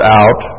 out